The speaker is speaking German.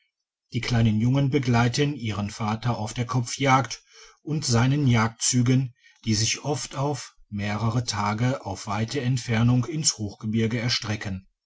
die kleinen jungen begleiten ihren vater auf der kopfjagd und seinen jagdztigen die sich oft auf mehrere tage aufweite entfernungen ins hochgebirge erstrecken